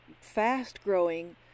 fast-growing